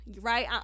right